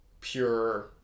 pure